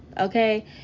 Okay